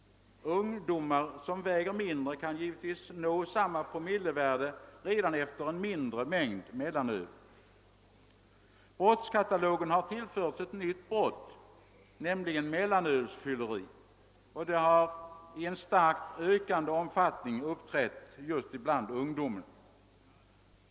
Ungdomar som väger mindre kan givetvis nå samma promillevärde redan efter en mindre mängd mellanöl. Brottskatalogen har tillförts ett nytt brott, nämligen mellanölsfylleri. Detta har i en starkt ökande omfattning uppträtt bland ungdomen.